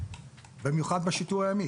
במיוחד בשיטור הימים,